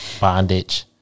bondage